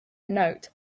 note